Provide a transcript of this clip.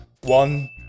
one